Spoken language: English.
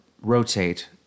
rotate